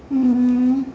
mm